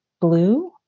blue